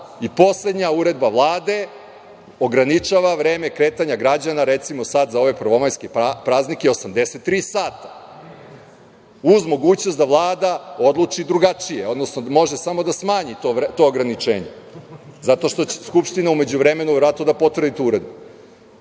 Poslednja uredba Vlade ograničava vreme kretanja građana, recimo sada za ove prvomajske praznike 83 sata, uz mogućnost da Vlada odluči drugačije. Odnosno može samo da smanji to ograničenje, zato što će Skupština u međuvremenu verovatno da potvrdi tu uredbu. Tako